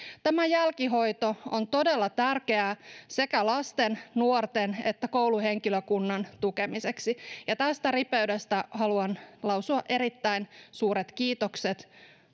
tämä jälkihoito on todella tärkeää sekä lasten ja nuorten että kouluhenkilökunnan tukemiseksi ja tästä ripeydestä haluan lausua erittäin suuret kiitokset